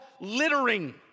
littering